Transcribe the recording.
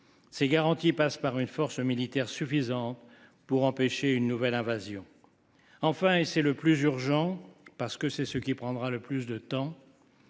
Cette garantie passe par une force militaire suffisante pour empêcher toute nouvelle invasion. Enfin, et c’est le plus urgent, parce que c’est ce qui prendra le plus de temps,